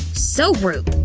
so rude!